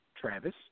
Travis